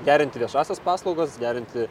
gerinti viešąsias paslaugas gerinti